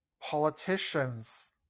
politicians